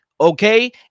Okay